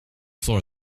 floor